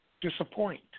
disappoint